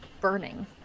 burning